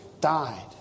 died